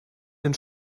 den